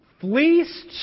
Fleeced